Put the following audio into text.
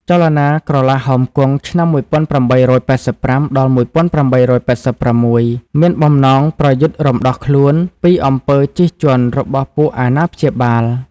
ចលនាក្រឡាហោមគង់ (ឆ្នាំ១៨៨៥-១៨៨៦) មានបំណងប្រយុទ្ធរំដោះខ្លួនពីអំពើជិះជាន់របស់ពួកអាណាព្យាបាល។